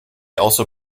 also